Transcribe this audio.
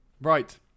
Right